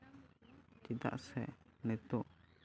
ᱪᱮᱫᱟᱜ ᱥᱮ ᱱᱤᱛᱚᱜ